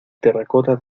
terracota